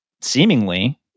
seemingly